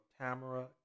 Tamara